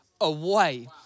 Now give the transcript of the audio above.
away